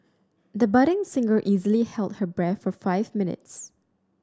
the budding singer easily held her breath for five minutes